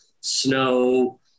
snow